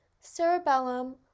cerebellum